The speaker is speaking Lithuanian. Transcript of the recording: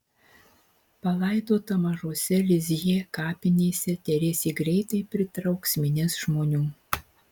palaidota mažose lizjė kapinėse teresė greitai pritrauks minias žmonių